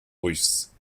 russes